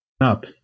up